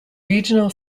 regional